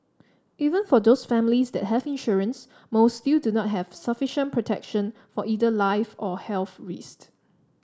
even for those families that have insurance most still do not have sufficient protection for either life or health risks